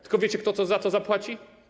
Tylko wiecie, kto za to zapłaci?